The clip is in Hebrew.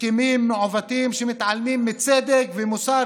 הסכמים מעוותים שמתעלמים מצדק ומוסר